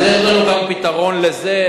אז יש גם פתרון לזה.